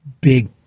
big